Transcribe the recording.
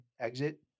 exit